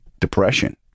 depression